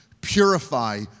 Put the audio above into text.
Purify